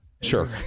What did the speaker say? Sure